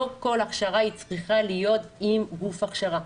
לא כל הכשרה צריכה להיות עם גוף הכשרה.